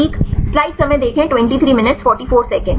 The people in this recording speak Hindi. ठीक